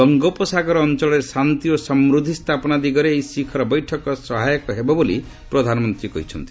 ବଙ୍ଗୋପସାଗର ଅଞ୍ଚଳରେ ଶାନ୍ତି ଓ ସମୃଦ୍ଧି ସ୍ଥାପନା ଦିଗରେ ଏହି ଶିଖର ବୈଠକ ସହାୟକ ହେବ ବୋଲି ପ୍ରଧାନମନ୍ତ୍ରୀ କହିଛନ୍ତି